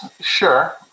sure